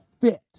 fit